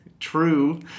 true